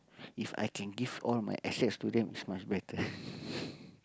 If I can give all my assets to them is much better